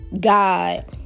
God